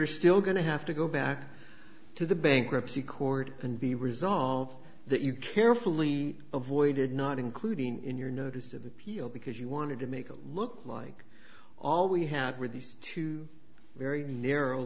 are still going to have to go back to the bankruptcy court and be resolved that you carefully avoided not including in your notice of appeal because you wanted to make it look like all we had were these two very narrow